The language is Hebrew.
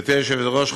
גברתי היושבת-ראש,